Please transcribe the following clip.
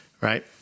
Right